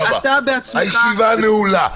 הרי אתה בעצמך --- הישיבה נעולה.